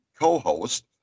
co-host